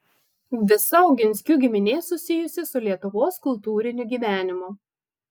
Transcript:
visa oginskių giminė susijusi su lietuvos kultūriniu gyvenimu